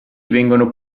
vengono